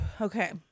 Okay